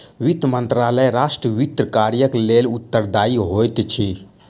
वित्त मंत्रालय राष्ट्र वित्त कार्यक लेल उत्तरदायी होइत अछि